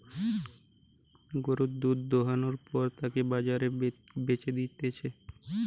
গরুর দুধ দোহানোর পর তাকে বাজারে বেচে দিতেছে